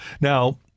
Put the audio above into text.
Now